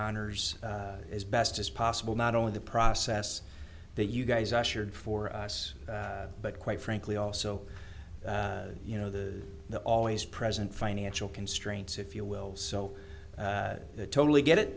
honors as best as possible not only the process that you guys i should for us but quite frankly also you know the the always present financial constraints if you will so totally get it